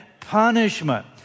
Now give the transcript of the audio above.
punishment